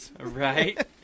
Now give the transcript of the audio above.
right